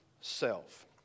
self